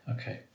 Okay